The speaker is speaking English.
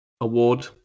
award